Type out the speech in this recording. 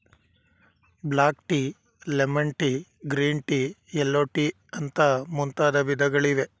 block tea, lemon tea, green tea, yellow tea ಅಂತ ಮುಂತಾದ ವಿಧಗಳಿವೆ